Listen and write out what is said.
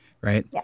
right